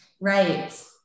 right